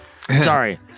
Sorry